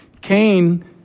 Cain